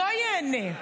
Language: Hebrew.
לא ייהנה.